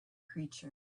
creature